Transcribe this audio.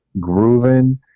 grooving